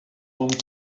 want